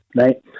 right